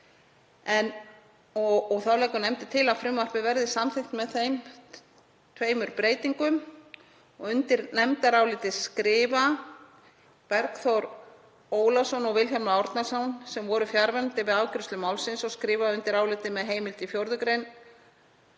og þá leggur nefndin til að frumvarpið verði samþykkt með þeim tveimur breytingum. Undir nefndarálitið skrifa Bergþór Ólason og Vilhjálmur Árnason, sem voru fjarverandi við afgreiðslu málsins og skrifa undir álitið með heimild í 4. mgr.